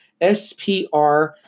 SPR